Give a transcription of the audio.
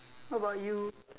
what about you